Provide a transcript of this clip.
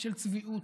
של צביעות,